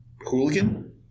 Hooligan